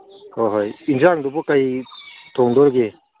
ꯍꯣꯏ ꯍꯣꯏ ꯑꯦꯟꯁꯥꯡꯗꯨꯕꯨ ꯀꯔꯤ ꯊꯣꯡꯗꯣꯏꯒꯦ